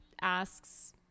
asks